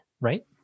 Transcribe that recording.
Right